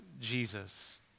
Jesus